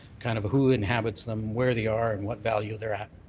kind of who inhabits them, where they are and what value they're at.